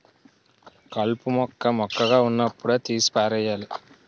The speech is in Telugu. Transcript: కలుపు మొక్క మొక్కగా వున్నప్పుడే తీసి పారెయ్యాలి